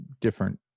different